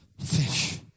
fish